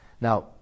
Now